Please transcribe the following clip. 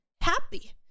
happy